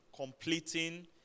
completing